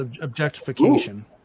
objectification